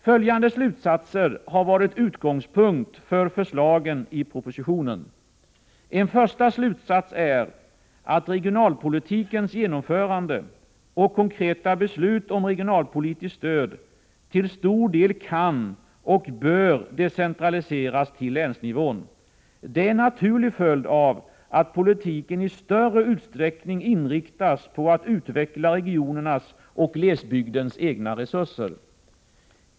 Följande slutsatser har varit utgångspunkt för förslagen i propositionen. En första slutsats är att regionalpolitikens genomförande och konkreta beslut om regionalpolitiskt stöd till stor del kan och bör decentraliseras till länsnivån. Det är en naturlig följd av att politiken i större utsträckning inriktas på att utveckla regionernas och glesbygdens egna resurser.